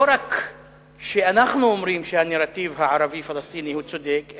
לא רק שאנחנו אומרים שהנרטיב הערבי-פלסטיני צודק,